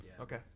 Okay